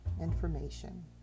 information